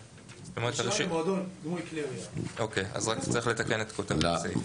צריך לתקן את כותרת הסעיף.